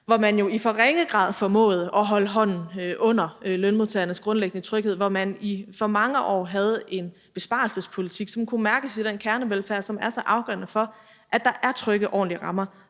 hvor man jo i for ringe grad formåede at holde hånden under lønmodtagernes grundlæggende tryghed, og at man i for mange år havde en besparelsespolitik, som kunne mærkes i den kernevelfærd, som er så afgørende for, at der er trygge, ordentlige rammer